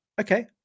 Okay